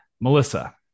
Melissa